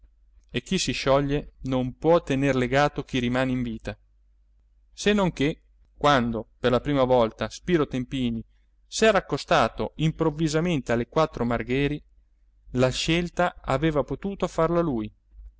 e chi si scioglie non può tener legato chi rimane in vita se non che quando per la prima volta spiro tempini s'era accostato improvvisamente alle quattro margheri la scelta aveva potuto farla lui